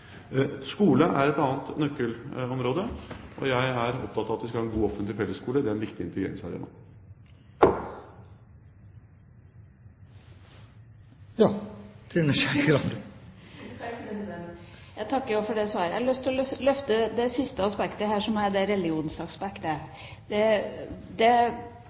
Skole er et annet nøkkelområde. Jeg er opptatt av at vi skal ha en god offentlig fellesskole. Det er en viktig integreringsarena. Jeg takker for det svaret. Jeg har lyst til å løfte det siste aspektet, som er religionsaspektet. Det